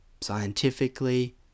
scientifically